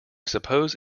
suppose